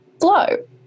flow